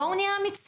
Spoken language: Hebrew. בואו נהיה אמיצים.